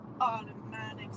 automatic